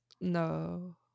no